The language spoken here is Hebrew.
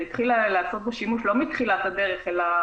שהתחילו לעשות בו שימוש לא מתחילת הדרך אלא